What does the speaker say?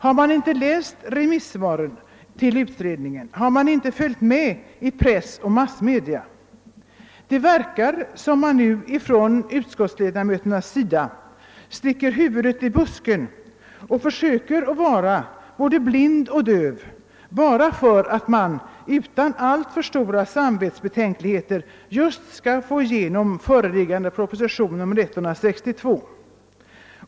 Har man inte läst remissvaren till utredningens förslag, har man inte följt med i press och massmedia? Det verkar som om man nu från utskottets sida sticker huvudet i busken och försöker att vara både blind och döv bara för att man utan alltför stora samvetsbetänkligheter skall få igenom föreliggande proposition 162.